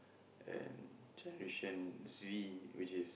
and generation Z which is